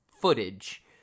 footage